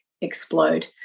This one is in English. explode